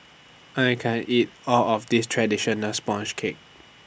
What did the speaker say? I can't eat All of This Traditional Sponge Cake